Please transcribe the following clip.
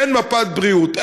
אין מפת בריאות,